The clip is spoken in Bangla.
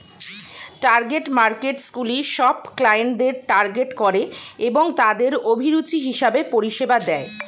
টার্গেট মার্কেটসগুলি সব ক্লায়েন্টদের টার্গেট করে এবং তাদের অভিরুচি হিসেবে পরিষেবা দেয়